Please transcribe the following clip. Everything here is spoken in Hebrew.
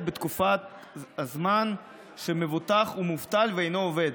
בתקופת הזמן שמבוטח הוא מובטל ואינו עובד,